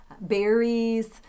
berries